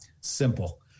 Simple